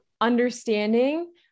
understanding